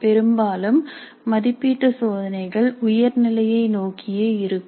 பெரும்பாலும் மதிப்பீட்டு சோதனைகள் உயர் நிலையை நோக்கியே இருக்கும்